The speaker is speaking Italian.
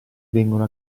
vengono